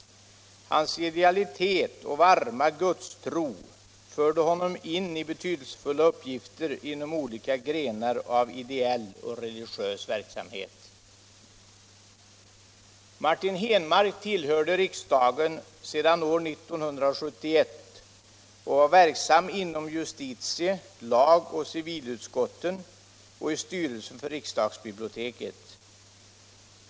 Hans idealitet och varma gudstro förde honom in i betydelsefulla uppgifter inom olika grenar av ideell och religiös verksamhet. Martin Henmark tillhörde riksdagen sedan år 1971 och var verksam inom justitie-, lagoch civilutskotten och i styrelsen för riksdagsbiblioteket.